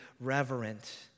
reverent